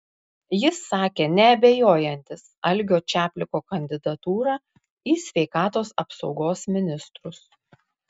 jis sakė neabejojantis algio čapliko kandidatūra į sveikatos apsaugos ministrus